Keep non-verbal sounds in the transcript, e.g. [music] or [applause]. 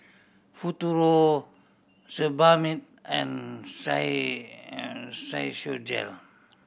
Futuro Sebamed and [unintelligible] and Physiogel